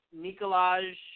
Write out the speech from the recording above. Nikolaj